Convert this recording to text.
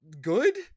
good